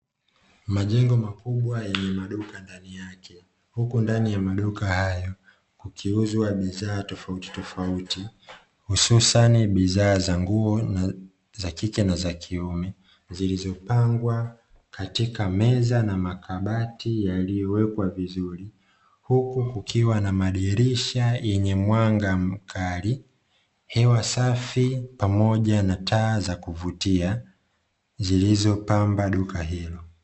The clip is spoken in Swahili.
Majengo makubwa yenye maduka ndani yake, huku ndani ya maduka hayo kukiuzwa bidhaa tofautitofauti hususani bidhaa za nguo za kike na za kiume; zilizopangwa katika meza na makabati yaliyowekwa vizuri huku kukiwa na madirisha yenye mwanga mkali, hewa safi pamoja na taa za kuvutia zilizopamba duka hilo.